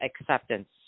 acceptance